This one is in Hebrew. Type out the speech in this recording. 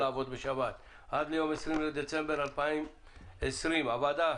2020. הוועדה